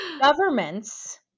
Governments